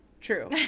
true